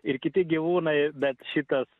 ir kiti gyvūnai bet šitas